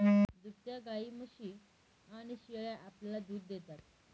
दुभत्या गायी, म्हशी आणि शेळ्या आपल्याला दूध देतात